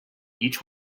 each